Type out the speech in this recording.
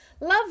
Love